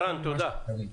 תודה.